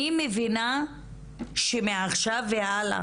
אני מבינה שמעכשיו והלאה,